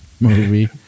movie